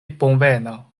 bonvena